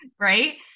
right